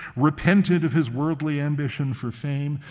repented of his worldly ambition for fame,